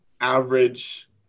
average